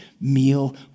meal